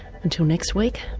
until next week,